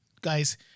Guys